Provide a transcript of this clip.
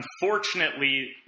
Unfortunately